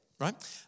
right